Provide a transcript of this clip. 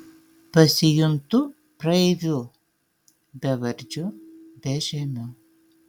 pasijuntu praeiviu bevardžiu bežemiu